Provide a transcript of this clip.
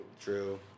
True